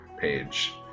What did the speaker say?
page